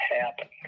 happen